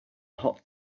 hot